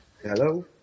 Hello